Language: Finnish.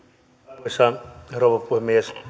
arvoisa rouva puhemies